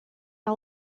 our